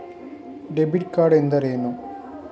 Debit card ಎಂದರೇನು?